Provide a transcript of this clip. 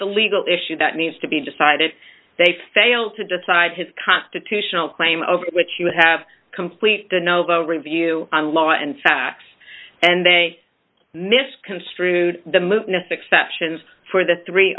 the legal issue that needs to be decided they fail to decide his constitutional claim over which he would have complete the novo review on law and facts and they misconstrued the movement if exceptions for the three